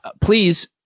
please